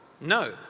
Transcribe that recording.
No